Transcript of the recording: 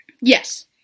Yes